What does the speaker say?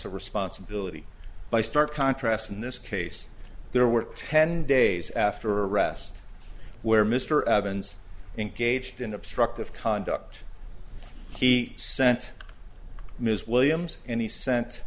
of responsibility by stark contrast in this case there were ten days after arrest where mr evans engaged in obstructive conduct he sent ms williams and he sent